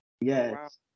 Yes